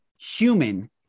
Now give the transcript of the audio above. human